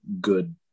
good